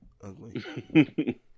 ugly